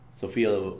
Sofia